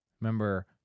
Remember